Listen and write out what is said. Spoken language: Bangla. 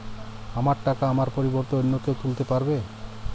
আমার টাকা আমার পরিবর্তে অন্য কেউ তুলতে পারবে?